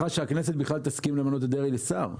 שהכנסת בכלל תסכים למנות את דרעי לשר.